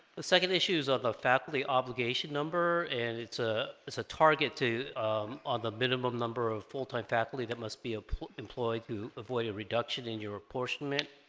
the second issues of a faculty obligation number and it's a it's a target to on the minimum number of full-time faculty that must be a employ to avoid a reduction in your apportionment